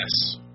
Yes